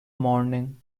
morning